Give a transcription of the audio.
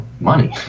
money